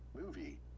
movie